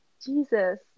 Jesus